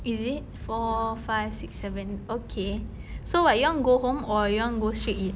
is it four five six seven okay so what you want go home or you want go straight eat